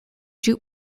jute